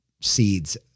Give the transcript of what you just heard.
seeds